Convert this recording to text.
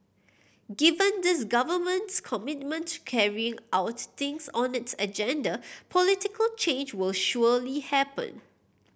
given this Government's commitment to carrying out things on its agenda political change will surely happen